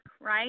right